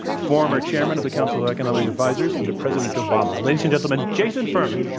former chairman of the council of economic advisors under president obama. ladies and gentlemen, jason furman.